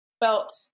felt